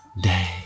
day